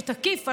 שתקיף,